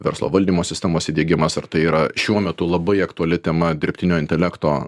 verslo valdymo sistemos įdiegimas ar tai yra šiuo metu labai aktuali tema dirbtinio intelekto